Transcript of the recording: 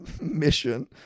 mission